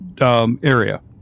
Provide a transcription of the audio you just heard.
area